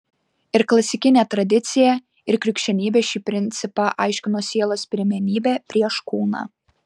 ir klasikinė tradicija ir krikščionybė šį principą aiškino sielos pirmenybe prieš kūną